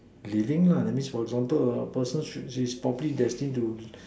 living lah that means for example uh a person should is probably destine to